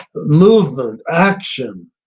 movement, action.